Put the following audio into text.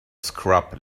scrub